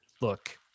look